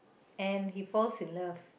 and he falls in love